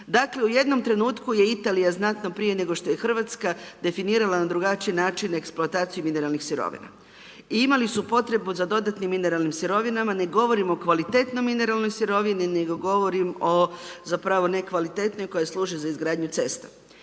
Dakle, u jednom trenutku je Italija znatno prije nego što je RH definirala na drugačiji način eksploataciju mineralnih sirovina. I imali su potrebu za dodatnim mineralnim sirovinama. Ne govorim o kvalitetnoj mineralnoj sirovini, nego govorim zapravo o nekvalitetnoj koja služi za izgradnju cesta.